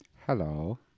Hello